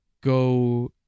go